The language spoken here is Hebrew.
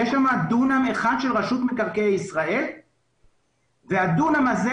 יש שם דונם אחד של רשות מקרקעי ישראל והדונם הזה,